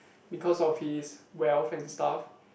because of his wealth and stuff